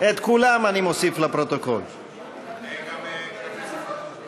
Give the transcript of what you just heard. אני קובע כי הצעת החוק אושרה בקריאה טרומית,